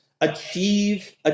achieve